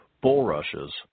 bulrushes